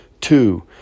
Two